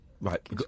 Right